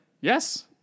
Yes